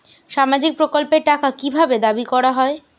সামাজিক প্রকল্পের টাকা কি ভাবে দাবি করা হয়?